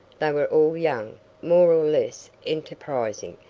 they were all young, more or less enterprising,